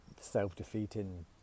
self-defeating